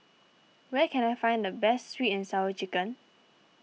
where can I find the best Sweet and Sour Chicken